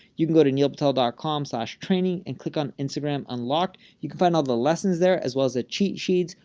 you can go to neilpatel dot com slash training and click on instagram unlocked. you can find all the lessons there as well as the cheat sheets,